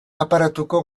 aparatuko